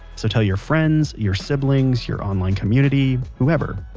so tell your friends, your siblings, your online community, whoever.